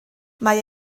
mae